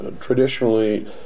traditionally